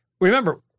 Remember